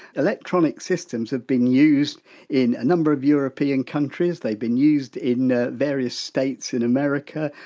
electronic systems have been used in a number of european countries, they've been used in ah various states in america,